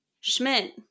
Schmidt